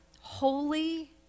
holy